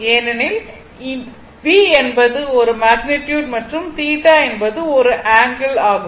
ஏனெனில் இந்த v என்பது ஒரு மேக்னிட்யுட் மற்றும் θ என்பது ஒரு ஆங்கிள் ஆகும்